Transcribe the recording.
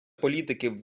політиків